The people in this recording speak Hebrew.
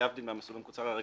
להבדיל מהמסלול המקוצר הרגיל,